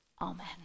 Amen